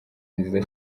nziza